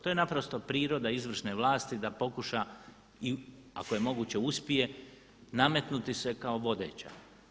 To je naprosto priroda izvršne vlasti da pokuša i ako je moguće uspije nametnuti se kao vodeća.